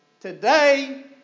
Today